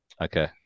Okay